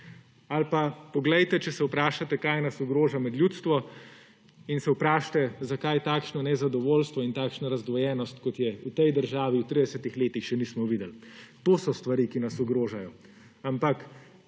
Ali pa poglejte, če se vprašate, kaj nas ogroža, med ljudstvo in se vprašajte, zakaj takšno nezadovoljstvo in takšna razdvojenost, kot je v tej državi, v 30 letih še nismo videli. To so stvari, ki nas ogrožajo.